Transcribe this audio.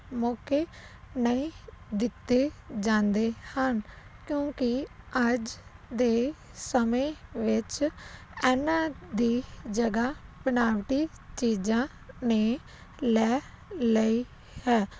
ਮੌਕੇ ਨਹੀਂ ਦਿੱਤੇ ਜਾਂਦੇ ਹਨ ਕਿਉਂਕਿ ਅੱਜ ਦੇ ਸਮੇਂ ਵਿੱਚ ਇਹਨਾਂ ਦੀ ਜਗ੍ਹਾ ਬਨਾਵਟੀ ਚੀਜ਼ਾਂ ਨੇ ਲੈ ਲਈ ਹੈ